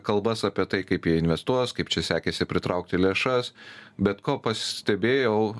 kalbas apie tai kaip jie investuos kaip čia sekėsi pritraukti lėšas bet ko pastebėjau